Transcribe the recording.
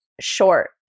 short